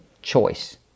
choice